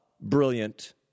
brilliant